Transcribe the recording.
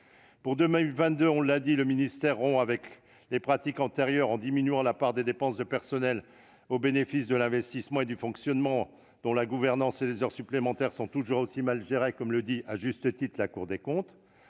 Pour 2022, le ministère rompt avec les pratiques antérieures en diminuant la part des dépenses de personnel au bénéfice de l'investissement et du fonctionnement. Mais les questions de gouvernance et d'heures supplémentaires sont toujours aussi mal gérées, comme le souligne, à juste titre, la Cour des comptes.